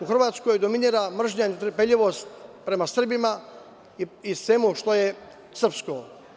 U Hrvatskoj dominira mržnja i netrpeljivost prema Srbima i svemu što je srpsko.